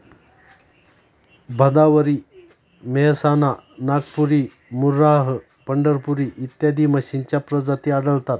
भदावरी, मेहसाणा, नागपुरी, मुर्राह, पंढरपुरी इत्यादी म्हशींच्या प्रजाती आढळतात